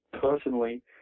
personally